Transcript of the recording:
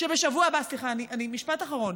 משפט אחרון,